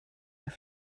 mehr